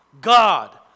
God